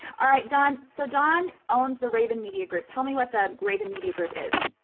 all right, don. so don owns the raven media group. tell me what the raven media group is.